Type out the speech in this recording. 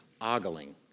ogling